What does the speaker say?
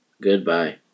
Goodbye